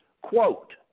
Quote